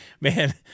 man